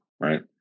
right